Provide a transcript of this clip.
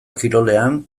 kirolean